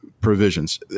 provisions